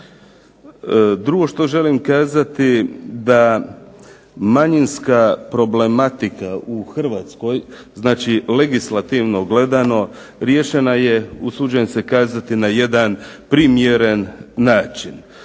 Drugo što želim kazati da manjinska problematika u Hrvatskoj, znači legislativno gledano riješena je usuđujem se kazati na jedan primjeren način.